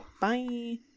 Bye